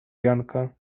janka